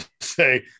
say